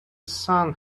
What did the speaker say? sun